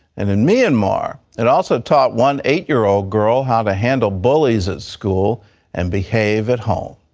and in myanmar, it also taught one eight year old girl how to handle bullies at school and behave at home.